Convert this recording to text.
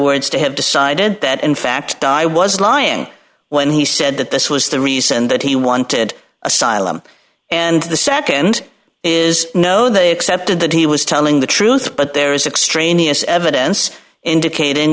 words to have decided that in fact i was lying when he said that this was the reason that he wanted asylum and the nd is no they accepted that he was telling the truth but there is extraneous evidence indicating